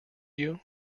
you